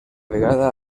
vegada